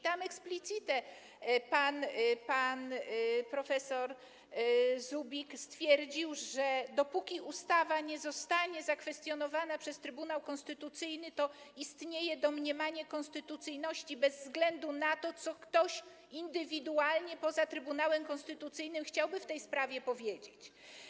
Tam explicite pan prof. Zubik stwierdził, że dopóki ustawa nie zostanie zakwestionowała przez Trybunał Konstytucyjny, istnieje domniemanie konstytucyjności bez względu na to, co ktoś indywidualnie poza Trybunałem Konstytucyjnym chciałby w tej sprawie powiedzieć.